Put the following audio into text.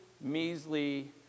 measly